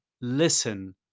listen